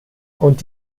und